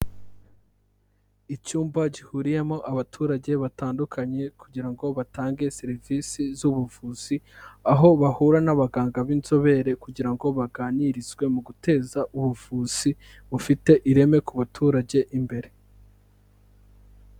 Icyumba gihuriyemo abaturage batandukanye kugira ngo batange serivisi z'ubuvuzi, aho bahura n'abaganga b'inzobere kugira ngo baganirizwe mu guteza ubuvuzi bufite ireme ku baturage imbere.